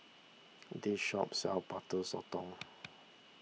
this shop sells Butter Sotong